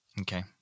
Okay